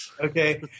Okay